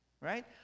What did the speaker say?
Right